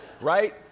right